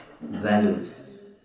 values